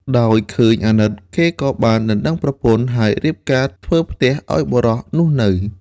ដោយឃើញអាណិត គេក៏បានដណ្ដឹងប្រពន្ធ ហើយរៀបការធ្វើផ្ទះឱ្យបុរសនោះនៅ។